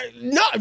No